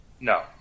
No